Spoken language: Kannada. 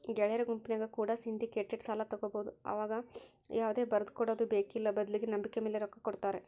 ಗೆಳೆಯರ ಗುಂಪಿನ್ಯಾಗ ಕೂಡ ಸಿಂಡಿಕೇಟೆಡ್ ಸಾಲ ತಗಬೊದು ಆವಗ ಯಾವುದೇ ಬರದಕೊಡದು ಬೇಕ್ಕಿಲ್ಲ ಬದ್ಲಿಗೆ ನಂಬಿಕೆಮೇಲೆ ರೊಕ್ಕ ಕೊಡುತ್ತಾರ